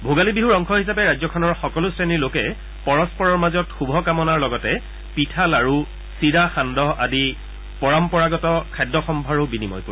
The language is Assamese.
ভোগালী বিহুৰ অংশ হিচাপে ৰাজ্যখনৰ সকলো শ্ৰেণীৰ লোকে পৰস্পৰৰ মাজত শুভ কামনাৰ লগতে পিঠা লাড়ু চিৰা সান্দহ আদি পৰম্পৰাগত খাদ্য সম্ভাৰো বিনিময় কৰিব